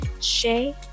Shay